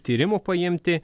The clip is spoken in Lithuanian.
tyrimų paimti